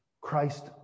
Christ